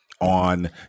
on